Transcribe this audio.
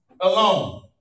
alone